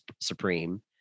supreme